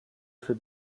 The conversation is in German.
für